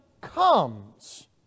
comes